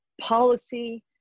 policy